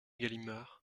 galimard